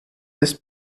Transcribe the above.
this